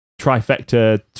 trifecta